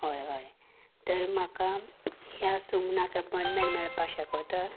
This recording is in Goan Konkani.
हय हय तर म्हाका ह्या सुमनाक अपॉयंटमेंट मेळपा शकता